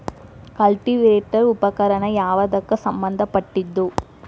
Cultivator ಉಪಕರಣ ಯಾವದಕ್ಕ ಸಂಬಂಧ ಪಟ್ಟಿದ್ದು?